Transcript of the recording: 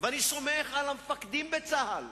ואני סומך על המפקדים בצה"ל